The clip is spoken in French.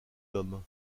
l’homme